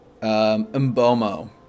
Mbomo